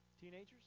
teenagers